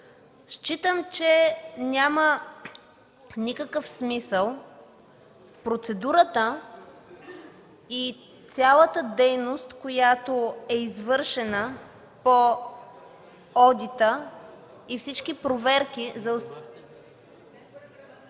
Считам, че няма никакъв смисъл процедурата и цялата дейност, която е извършена по одита, и всички проверки...